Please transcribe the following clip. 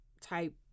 type